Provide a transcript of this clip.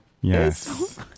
Yes